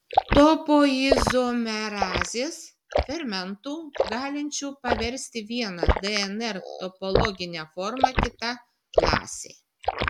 topoizomerazės fermentų galinčių paversti vieną dnr topologinę formą kita klasė